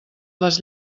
les